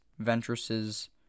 Ventress's